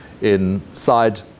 inside